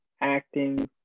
acting